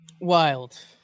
Wild